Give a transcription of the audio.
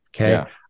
Okay